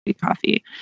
coffee